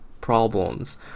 problems